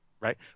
Right